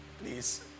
Please